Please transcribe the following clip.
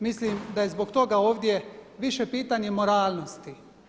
Mislim da je zbog toga ovdje više pitanje moralnosti.